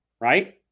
right